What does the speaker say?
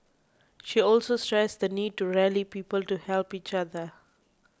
she also stressed the need to rally people to help each other